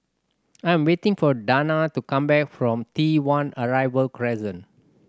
I'm waiting for Danna to come back from T One Arrival Crescent